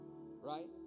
right